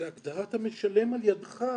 זו הגדרת המשלם על ידך,